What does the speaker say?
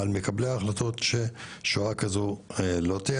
על מקבלי ההחלטות ששואה כזו לא תהיה.